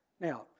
Now